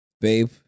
babe